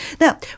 Now